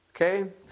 Okay